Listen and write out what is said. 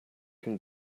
can